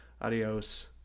adios